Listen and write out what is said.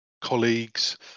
colleagues